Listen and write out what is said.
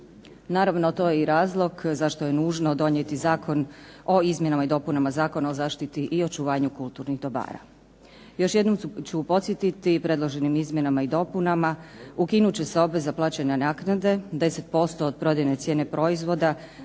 Naravno to je i razlog zašto je nužno donijeti Zakon o izmjenama i dopunama Zakona o zaštiti i očuvanju kulturnih dobara. Još jednom ću podsjetiti predloženim izmjenama i dopunama ukinut će se obveza plaćanja naknade 10% od prodajne cijene proizvoda